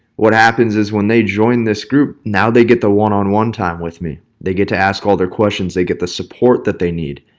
what happens is when they join this group, now they get the one on one time with me they get to ask all their questions, they get the support that they need.